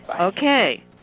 Okay